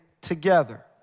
together